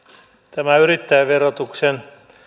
tämä yrittäjäverotuksen